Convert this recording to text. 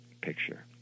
picture